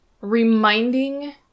reminding